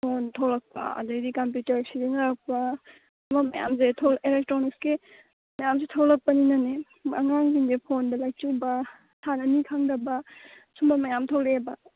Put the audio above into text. phone ꯊꯣꯂꯛꯄ ꯑꯗꯩꯗꯤ computer ꯁꯤꯖꯟꯅꯔꯛꯄ ꯁꯤꯒꯨꯝꯕ ꯃꯌꯥꯝꯁꯦ ꯊꯣꯂꯛꯑꯦ ꯑꯦꯂꯦꯛꯇ꯭ꯔꯣꯅꯤꯛꯁꯀꯤ ꯃꯌꯥꯝꯁꯦ ꯊꯣꯂꯛꯄꯅꯤꯅꯅꯦ ꯑꯉꯥꯡꯁꯤꯡꯁꯦ ꯐꯣꯟꯗ ꯂꯥꯏꯆꯨꯕ ꯁꯥꯟꯅꯅꯤ ꯈꯪꯗꯕ ꯁꯨꯝꯕ ꯃꯌꯥꯝ ꯊꯣꯂꯛꯑꯦꯕ